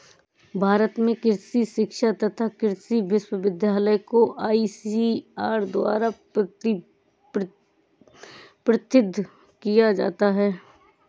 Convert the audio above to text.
भारत में कृषि शिक्षा तथा कृषि विश्वविद्यालय को आईसीएआर द्वारा प्रबंधित किया जाता है